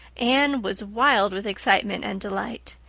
anne was wild with excitement and delight.